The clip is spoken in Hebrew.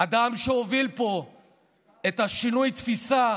אדם שהוביל פה את שינוי התפיסה